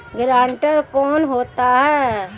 Guarantor कौन होता है?